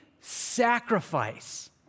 sacrifice